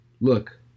Look